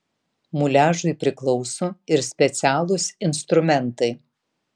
muliažui priklauso ir specialūs instrumentai